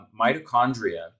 mitochondria